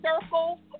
circle